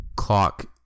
clock